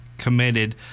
committed